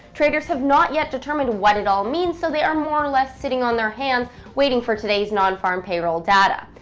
traders have not yet determined what it all means, so they are more or less sitting on their hands waiting for today's nonfarm payroll data.